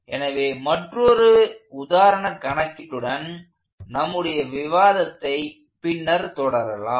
எனவே மற்றொரு உதாரண கணக்கீட்டுடன் நம்முடைய விவாதத்தை பின்னர் தொடரலாம்